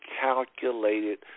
calculated